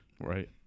Right